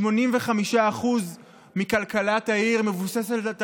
85% מכלכלת העיר מבוססת על תיירות.